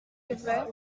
est